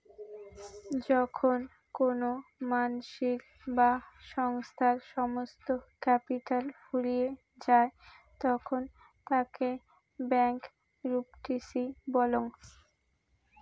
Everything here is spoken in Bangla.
যখন কোনো মানসির বা সংস্থার সমস্ত ক্যাপিটাল ফুরিয়ে যায় তখন তাকে ব্যাংকরূপটিসি বলং